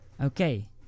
okay